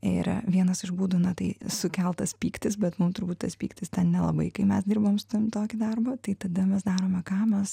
ir vienas iš būdų na tai sukeltas pyktis bet mum turbūt tas pyktis ten nelabai kai mes dirbam su tavim tokį darbą tai tada mes darome ką mes